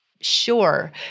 sure